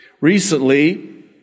Recently